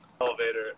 elevator